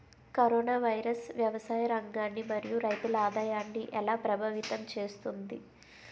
Corona virus వ్యవసాయ రంగాన్ని మరియు రైతుల ఆదాయాన్ని ఎలా ప్రభావితం చేస్తుంది?